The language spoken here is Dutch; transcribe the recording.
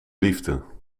liefde